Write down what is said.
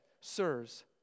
Sirs